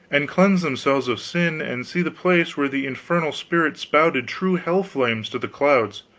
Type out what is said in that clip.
and cleanse themselves of sin, and see the place where the infernal spirit spouted true hell-flames to the clouds